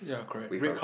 with a